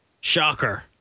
Shocker